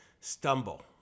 stumble